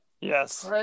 Yes